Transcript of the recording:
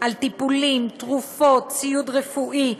על טיפולים, תרופות, ציוד רפואי,